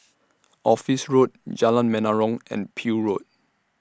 Office Road Jalan Menarong and Peel Road